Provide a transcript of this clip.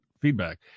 feedback